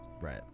Right